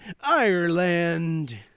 Ireland